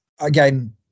again